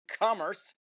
Commerce